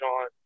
on